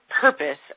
purpose